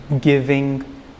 giving